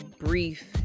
brief